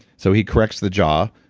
so he corrects the jaw,